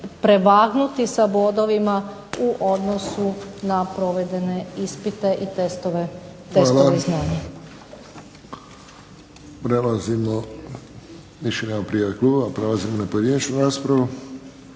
prevagnuti sa bodovima u odnosu na provedene ispite i testove znanja. **Friščić, Josip (HSS)** Hvala. Prelazimo, više nema prijavljenih klubova, prelazimo na pojedinačnu raspravu.